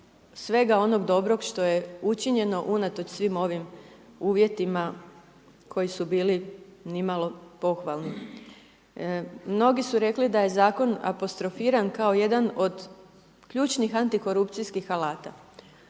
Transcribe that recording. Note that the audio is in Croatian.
svega onoga dobroga što je učinjeno unatoč svim ovim uvjetima koji su bili nimalo pohvalni. Mnogi su rekli da je Zakon apostrofiran kao jedan od ključnih antikorupcijskih alata.